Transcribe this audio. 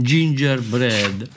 Gingerbread